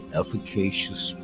efficacious